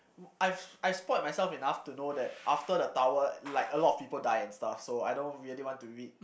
I've I've spoilt myself enough to know that after the tower like a lot of people died and stuff so I don't really want to read